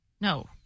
No